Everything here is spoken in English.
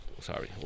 sorry